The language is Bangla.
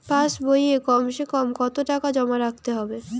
পাশ বইয়ে কমসেকম কত টাকা জমা রাখতে হবে?